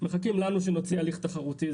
מחכים לנו שנוציא הליך תחרותי.